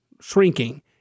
Shrinking